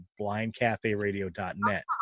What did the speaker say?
blindcaferadio.net